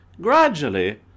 gradually